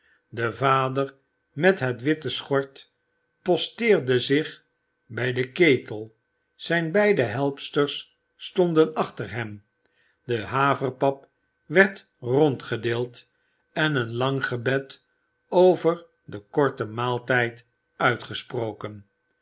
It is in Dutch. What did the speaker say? de vader met het witte schort posteerde zich bij den ketel zijn beide helpsters stonden achter hem de haverpap werd rondgedeeld en een lang gebed over den korten maaltijd uitgesproken